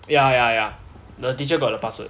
ya ya ya the teacher got a password